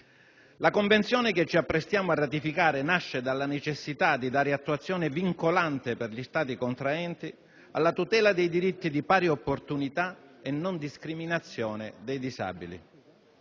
La Convenzione che ci apprestiamo a ratificare nasce dalla necessità di dare attuazione vincolante per gli Stati contraenti alla tutela dei diritti di pari opportunità e non discriminazione dei disabili.